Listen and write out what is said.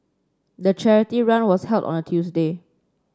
the charity run was held on a Tuesday